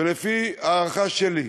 ולפי הערכה שלי,